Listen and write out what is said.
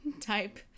type